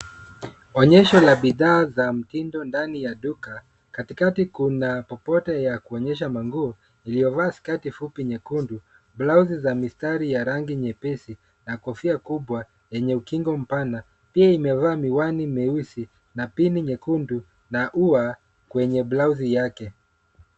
Onyesho la bidhaa za mtindo ndani ya duka. Katikati kuna popoto ya kuonyesha manguo iliyovaa sketi fupi nyekundu, blauzi za mistari ya rangi nyepesi na kofia kubwa yenye ukingo mpana. Hii imevaa miwani meusi na pini nyekundu na ua kwenye blauzi yake.